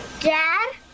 Dad